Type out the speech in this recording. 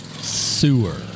Sewer